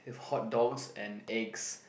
with hotdogs and eggs